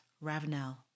Ravenel